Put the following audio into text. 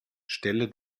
stelle